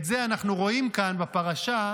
את זה אנחנו רואים כאן בפרשה,